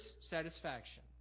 satisfaction